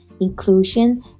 inclusion